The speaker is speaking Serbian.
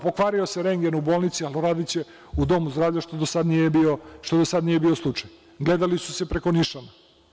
Pokvario se rentgen u bolnici, ali uradiće u domu zdravlja, što do sada nije bio slučaj, gledali su se preko nišana.